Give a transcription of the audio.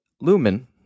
Lumen